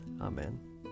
Amen